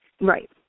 Right